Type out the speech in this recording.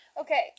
Okay